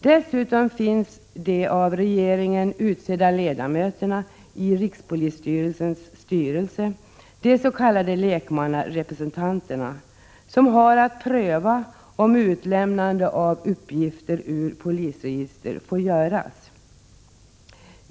Dessutom finns de av regeringen utsedda ledamöterna i rikspolisstyrelsens styrelse — de s.k. lekmannarepresentanterna— som har att pröva om utlämnande av uppgifter ur polisregister får göras.